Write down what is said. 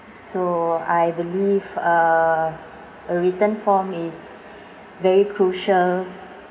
so I believe uh a written form is very crucial